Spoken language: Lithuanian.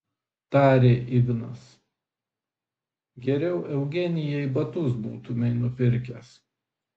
tarė ignas geriau eugenijai batus būtumei nupirkęs